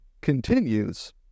continues